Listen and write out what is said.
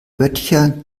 böttcher